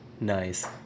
Nice